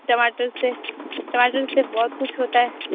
टमाटर से टमाटर से बहुत कुछ होता है